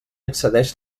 excedeix